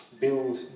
build